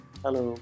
Hello